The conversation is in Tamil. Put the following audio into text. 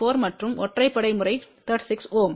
4 மற்றும் ஒற்றைப்படை முறை 36 Ω